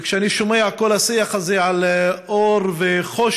כשאני שומע את כל השיח הזה על אור וחושך,